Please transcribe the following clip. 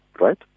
right